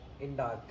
in-dark